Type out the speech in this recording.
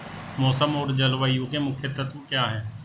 मौसम और जलवायु के मुख्य तत्व क्या हैं?